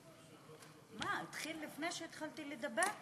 מה, התחיל לפני שהתחלתי לדבר?